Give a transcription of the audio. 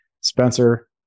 Spencer